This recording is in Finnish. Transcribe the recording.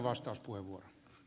arvoisa puhemies